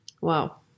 Wow